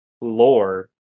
lore